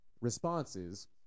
responses